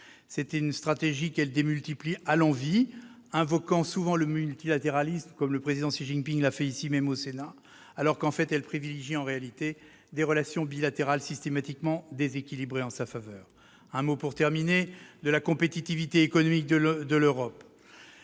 C'est une stratégie qu'elle démultiplie à l'envi, invoquant souvent le multilatéralisme, comme le président Xi Jinping l'a fait, ici même, au Sénat, alors qu'elle privilégie, en réalité, des relations bilatérales systématiquement déséquilibrées en sa faveur. La compétitivité économique de l'Europe,